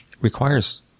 requires